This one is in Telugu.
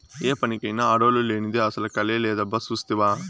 ఏ పనికైనా ఆడోల్లు లేనిదే అసల కళే లేదబ్బా సూస్తివా